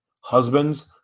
Husbands